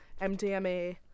MDMA